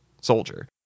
soldier